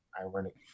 ironic